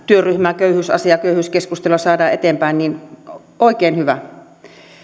köyhyystyöryhmää köyhyysasiaa köyhyyskeskustelua saadaan eteenpäin niin oikein hyvä